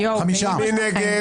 מי נגד?